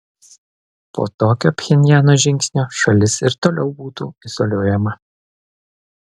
po tokio pchenjano žingsnio šalis ir toliau būtų izoliuojama